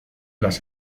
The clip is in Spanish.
las